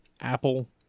apple